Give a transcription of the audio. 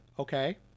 okay